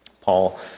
Paul